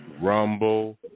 Rumble